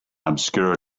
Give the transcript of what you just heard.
obscure